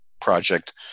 project